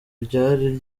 ryari